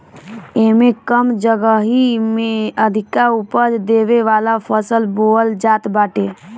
एमे कम जगही में अधिका उपज देवे वाला फसल बोअल जात बाटे